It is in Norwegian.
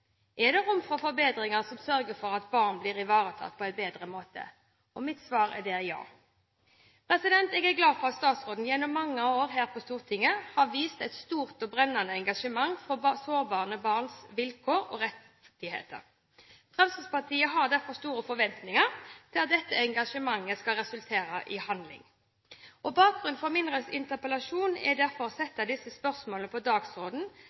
Er det rom for forbedringer som sørger for at barn blir ivaretatt på en bedre måte? Mitt svar er ja. Jeg er glad for at statsråden gjennom mange år her på Stortinget har vist et stort og brennende engasjement for småbarn og barns vilkår og rettigheter. Fremskrittspartiet har derfor store forventninger til at dette engasjementet skal resultere i handling. Bakgrunnen for min interpellasjon er derfor å sette disse spørsmålene på